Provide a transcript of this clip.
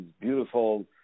beautiful